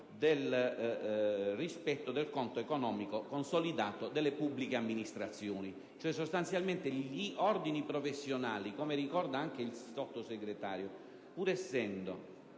del rispetto del conto economico consolidato delle pubbliche amministrazioni. Sostanzialmente gli ordini professionali, come ricorda anche il Sottosegretario, pur essendo